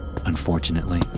Unfortunately